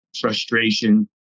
frustration